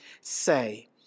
say